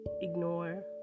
ignore